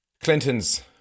Clinton's